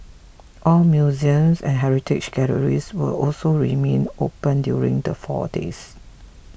all museums and heritage galleries will also remain open during the four days